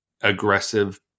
aggressive